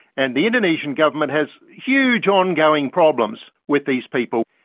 and the indonesian government has huge ongoing problems with these people.